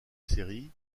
série